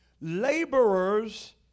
Laborers